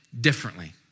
differently